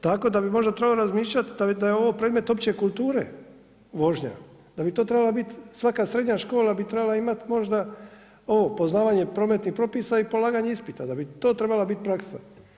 Tako da bi možda trebalo razmišljati da je ovo predmet opće kulture vožnja, da bi to trebala bit svaka srednja škola bi trebala imat možda ovo poznavanje prometnih propisa i polaganje ispita, da bi to trebala bit praksa.